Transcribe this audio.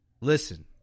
Listen